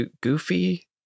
Goofy